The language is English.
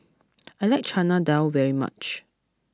I like Chana Dal very much